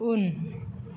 उन